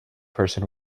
person